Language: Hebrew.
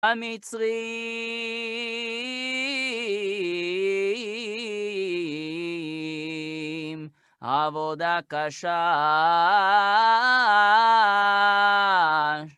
המצרים, עבודה קשה!